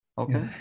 Okay